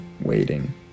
waiting